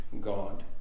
God